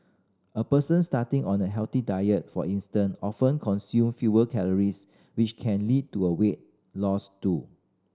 a person starting on a healthy diet for instance often consume fewer calories which can lead to a weight loss too